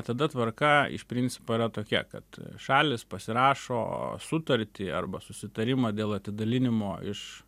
tada tvarka iš principo yra tokia kad šalys pasirašo sutartį arba susitarimą dėl atidalinimo iš